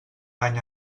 any